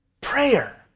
Prayer